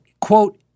quote